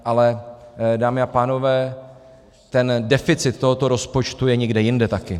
Ale, dámy a pánové, ten deficit tohoto rozpočtu je někde jinde taky.